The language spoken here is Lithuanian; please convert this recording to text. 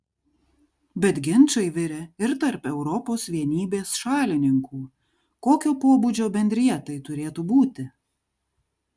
bet ginčai virė ir tarp europos vienybės šalininkų kokio pobūdžio bendrija tai turėtų būti